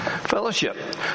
Fellowship